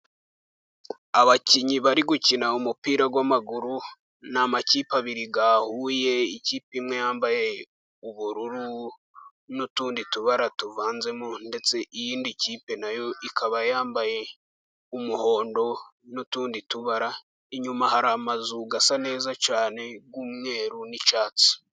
Abakinnyi bari gukina umupira w'amaguru n'amakipe abiri yahuye, ikipe imwe yambaye ubururu n'utundi tubara tuvanzemo, ndetse indi kipe nayo ikaba yambaye umuhondo n'utundi tubara inyuma hari amazu asa neza cyane y'umweru n'icyatsi.